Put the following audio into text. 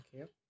okay